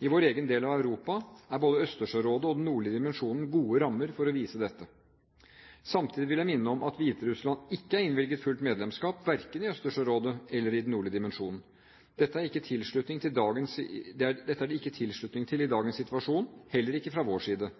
I vår egen del av Europa er både Østersjørådet og Den nordlige dimensjon gode rammer for å vise dette. Samtidig vil jeg minne om at Hviterussland ikke er innvilget fullt medlemskap, verken i Østersjørådet eller i Den nordlige dimensjon. Dette er det ikke tilslutning til i dagens situasjon, heller ikke fra vår side.